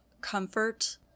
comfort